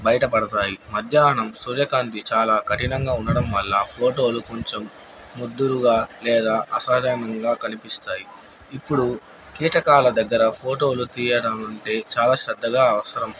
బయటపడతాయి మధ్యాహ్నం సూర్యకాంతి చాలా కఠినంగా ఉండడం వల్ల ఫోటోలు కొంచెం ముద్దురుగా లేదా అసధనంగా కనిపిస్తాయి ఇప్పుడు కీటకాల దగ్గర ఫోటోలు తీయడం అంటే చాలా శ్రద్ధగా అవసరం